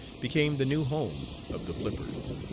became the new home of the flippers.